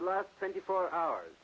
the last twenty four hours